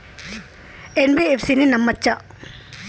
NBFC ని నమ్మచ్చా?